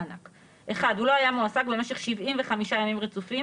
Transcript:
מענק ): 1) הוא לא היה מועסק במשך 75 ימים רצופים